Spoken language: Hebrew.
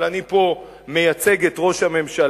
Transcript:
אבל אני פה מייצג את ראש הממשלה.